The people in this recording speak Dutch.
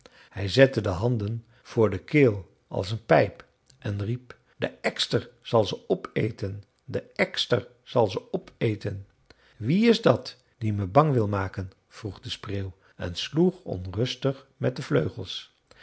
hij zette de handen voor den mond als een pijp en riep de ekster zal ze opeten de ekster zal ze opeten wie is dat die me bang wil maken vroeg de spreeuw en sloeg onrustig met de vleugels